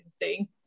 interesting